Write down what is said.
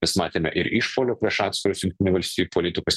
mes matėme ir išpuolių prieš atskirus jungtinių valstijų politikus